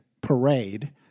parade